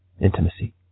intimacy